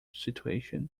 situation